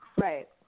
Right